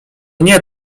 nie